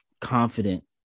confident